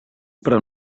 però